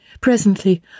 Presently